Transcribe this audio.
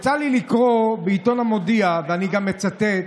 יצא לי לקרוא בעיתון המודיע, ואני גם מצטט,